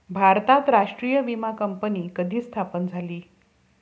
भारतात राष्ट्रीय विमा कंपनी कधी स्थापन झाली?